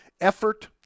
Effort